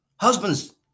Husbands